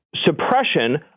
suppression